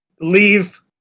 leave